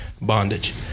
bondage